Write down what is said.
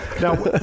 now